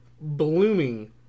blooming